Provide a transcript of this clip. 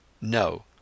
No